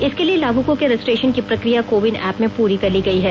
इसके लिए लाभुकों का रजिस्ट्रेशन की प्रक्रिया कोविन ऐप में पूरी कर ली गई है